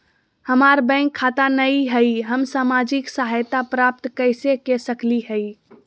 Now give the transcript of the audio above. हमार बैंक खाता नई हई, हम सामाजिक सहायता प्राप्त कैसे के सकली हई?